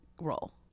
role